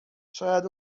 شاید